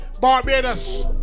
Barbados